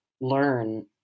learn